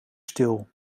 stil